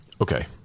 Okay